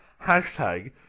Hashtag